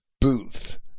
booth